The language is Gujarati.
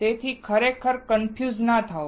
તેથી ખરેખર કન્ફ્યુઝ ના થાઓ